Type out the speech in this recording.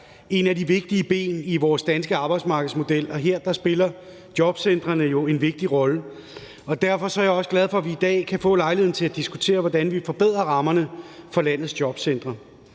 et af de vigtige ben i vores danske arbejdsmarkedsmodel, og her spiller jobcentrene jo en vigtig rolle, og derfor er jeg også glad for, at vi i dag kan få lejligheden til at diskutere, hvordan vi forbedrer rammerne for landets jobcentre.